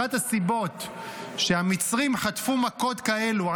אחת הסיבות שהמצרים חטפו מכות כאלו,